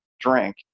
drink